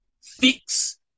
fix